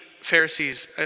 Pharisees